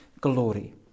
glory